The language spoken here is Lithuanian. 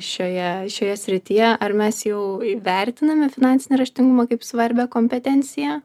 šioje šioje srityje ar mes jau vertiname finansinį raštingumą kaip svarbią kompetenciją